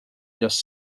just